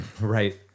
Right